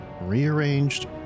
rearranged